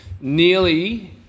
nearly